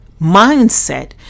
mindset